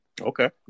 Okay